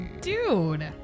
dude